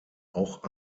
auch